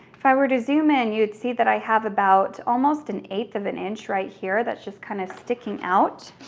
if i were to zoom in, you'd see that i have about almost an eighth of an inch right here that's just kind of sticking out.